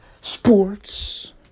sports